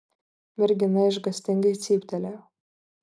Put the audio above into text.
mergina išgąstingai cyptelėjo